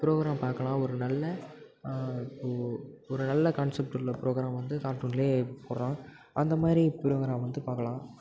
program பார்க்கலாம் ஒரு நல்ல இப்போது ஒரு நல்ல கான்செப்ட் உள்ள புரோகிராம் வந்து கார்ட்டூனில் போடுறான் அந்த மாதிரி புரோகிராம் வந்து பார்க்கலாம்